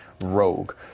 rogue